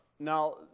Now